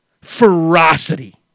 ferocity